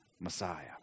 Messiah